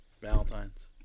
Valentine's